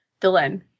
Dylan